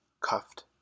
Cuffed